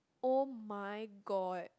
[oh]-my-god